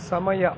ಸಮಯ